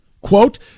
Quote